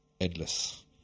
endless